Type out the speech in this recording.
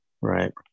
Right